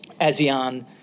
ASEAN